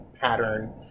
pattern